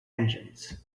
engines